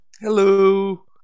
Hello